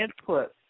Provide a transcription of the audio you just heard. input